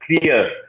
clear